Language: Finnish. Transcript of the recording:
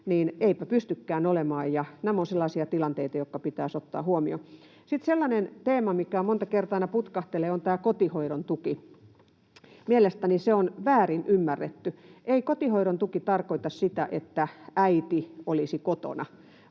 eipä pystykään olemaan, ja nämä ovat sellaisia tilanteita, jotka pitäisi ottaa huomioon. Sitten sellainen teema, mikä monta kertaa aina putkahtelee, on tämä kotihoidon tuki. Mielestäni se on väärin ymmärretty. Ei kotihoidon tuki tarkoita sitä, että äiti olisi kotona,